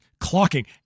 clocking